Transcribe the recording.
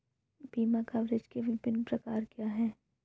बीमा कवरेज के विभिन्न प्रकार क्या हैं?